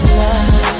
love